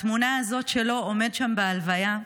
התמונה הזאת שלו עומד שם בהלוויה,